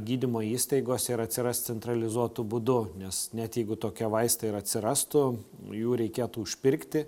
gydymo įstaigose ir atsiras centralizuotu būdu nes net jeigu tokie vaistai ir atsirastų jų reikėtų užpirkti